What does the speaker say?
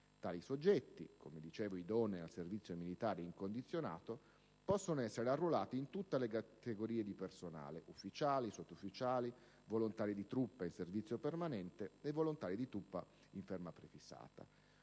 Tali soggetti, idonei al servizio militare incondizionato, possono essere arruolati in tutte le categorie di personale (ufficiali, sottufficiali, volontari di truppa in servizio permanente e volontari di truppa in ferma prefissata)